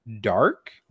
Dark